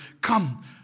Come